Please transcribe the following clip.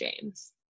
James